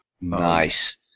Nice